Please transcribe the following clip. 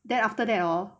then after that hor